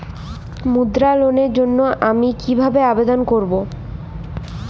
মুদ্রা লোনের জন্য আমি কিভাবে আবেদন করবো?